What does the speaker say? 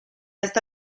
esta